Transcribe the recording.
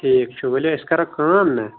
ٹھیٖک چُھ ؤلِو أسۍ کَرو کٲم نا